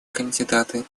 кандидаты